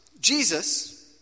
Jesus